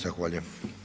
Zahvaljujem.